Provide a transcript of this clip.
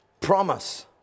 promise